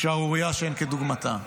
הוא שערורייה שאין כדוגמתה.